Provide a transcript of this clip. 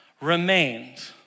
remained